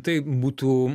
tai būtų